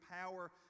power